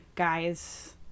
guys